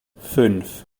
fünf